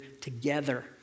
together